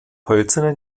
hölzernen